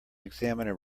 examiner